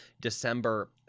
December